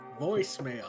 Voicemail